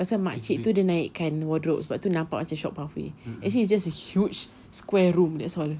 pasal makcik tu dia naik kan wadrobe tu nampak macam short pathway actually it's just a huge square room that's all